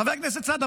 חבר הכנסת סעדה,